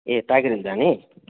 ए Tiger Hill जाने